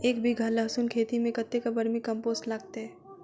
एक बीघा लहसून खेती मे कतेक बर्मी कम्पोस्ट लागतै?